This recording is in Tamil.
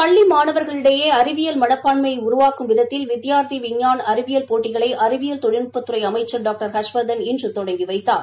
பள்ளி மாணவர்களிடையே அறிவியல் மன்ப்பான்மையை உருவாக்கும் விதத்தில் வித்யார்த்தி விஞ்ஞான் அறிவியல் போட்டிகளை அறிவியல் தொழில்நுட்பத்துறை அமைச்சர் டாக்டர் ஹர்ஷவர்தன் இன்று தொடங்கி வைத்தார்